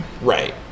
Right